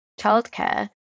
childcare